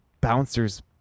bouncer's